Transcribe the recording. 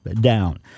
down